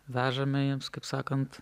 vežame jiems kaip sakant